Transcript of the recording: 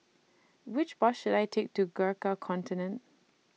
Which Bus should I Take to Gurkha Contingent